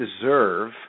deserve